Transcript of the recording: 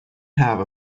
have